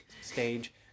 stage